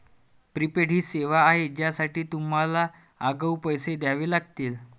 prepaid ही सेवा आहे ज्यासाठी तुम्हाला आगाऊ पैसे द्यावे लागतील